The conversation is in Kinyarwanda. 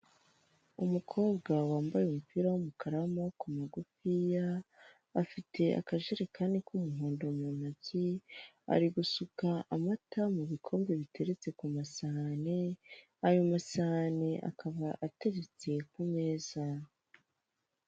Umukobwa wambaye umupira w'umukara, w'amaboko ku magufiya, afite akajerekani k'umuhondo mu ntoki, ari gusuka amata mu bikombe biteretse ku masahane, ayo masahane akaba ateretse ku meza.